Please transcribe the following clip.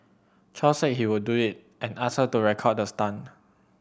Chow said he would do it and asked her to record the stunt